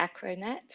Acronet